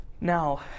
Now